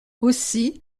aussi